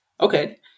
Okay